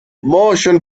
motion